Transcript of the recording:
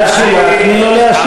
סליחה, אני לא מגן עליה.